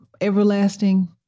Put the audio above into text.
everlasting